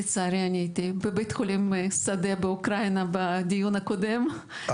לצערי הייתי בבית חולים שדה באוקראינה בדיון הקודם אבל התעדכנתי.